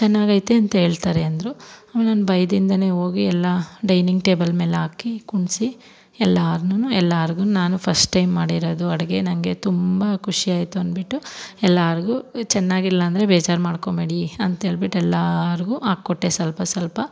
ಚೆನ್ನಾಗೈತೆ ಅಂತ ಹೇಳ್ತಾರೆ ಅಂದರು ಆಮೇಲೆ ನಾನು ಭಯದಿಂದ ಹೋಗಿ ಎಲ್ಲ ಡೈನಿಂಗ್ ಟೇಬಲ್ ಮೇಲಾಕಿ ಕುಂಡ್ಸಿ ಎಲ್ಲಾರ್ನು ಎಲ್ಲಾರಿಗೂ ನಾನು ಫಸ್ಟ್ ಟೈಮ್ ಮಾಡಿರೋದು ಅಡಿಗೆ ನನಗೆ ತುಂಬ ಖುಷಿಯಾಯ್ತು ಅಂದುಬಿಟ್ಟು ಎಲ್ಲಾರಿಗೂ ಚೆನ್ನಾಗಿಲ್ಲ ಅಂದರೆ ಬೇಜಾರು ಮಾಡಿಕೋಬೇಡಿ ಅಂತೇಳ್ಬಿಟ್ಟು ಎಲ್ಲಾರಿಗೂ ಹಾಕ್ಕೊಟ್ಟೆ ಸ್ವಲ್ಪ ಸ್ವಲ್ಪ